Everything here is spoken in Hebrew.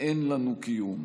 אין לנו קיום,